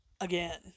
Again